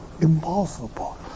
impossible